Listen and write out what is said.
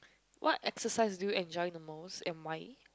what exercise do you enjoy the most and why